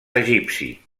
egipci